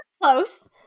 close